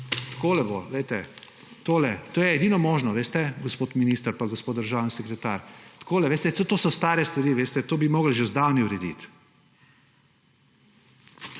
takole bo, glejte, to je edino možno, veste, gospod minister in gospod državni sekretar, takole, veste, saj to so stare stvari, to bi morali že zdavnaj urediti.